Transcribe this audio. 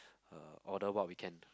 uh order what we can